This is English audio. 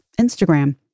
Instagram